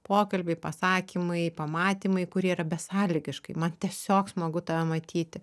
pokalbiai pasakymai pamatymai kurie yra besąlygiškai man tiesiog smagu tave matyti